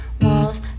walls